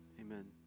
Amen